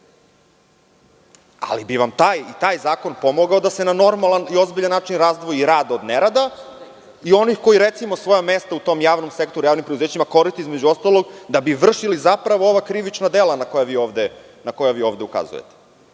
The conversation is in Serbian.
Ali bi vam taj zakon pomogao da se na normalan i ozbiljan način razdvoji rad od nerada i onih koji svoja mesta u tom javnom sektoru, javnim preduzećima, koriste da bi vršili ova krivična dela na koja vi ovde ukazujete